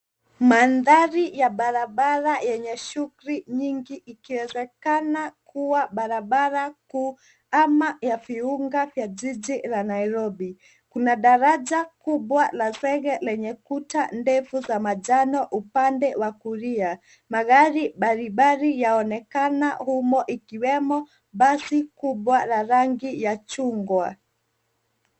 Mandhari ya barabara yenye shughuli nyingi ikiwezekana kuwa barabara juu au ya viunga vya jiji la Nairobi. Kuna daraja kubwa la zege lenye kuta nefu za manjano upande wa kulia. Magari baribari yaonekeana humo ikiwemo basi kubwa la rangi ya chungwa.